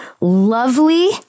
lovely